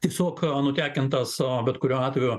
tiesiog nutekintas a bet kuriuo atveju